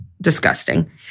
Disgusting